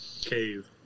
cave